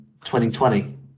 2020